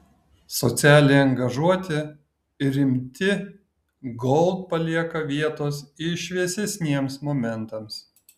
socialiai angažuoti ir rimti gold palieka vietos ir šviesesniems momentams